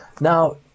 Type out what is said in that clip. Now